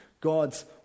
God's